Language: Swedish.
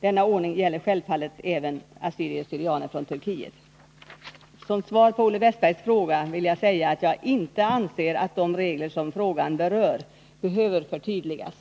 Denna ordning gäller självfallet även assyrier/ syrianer från Turkiet. Som svar på Olle Wästbergs fråga vill jag säga att jag inte anser att de regler som frågan berör behöver förtydligas.